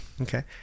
okay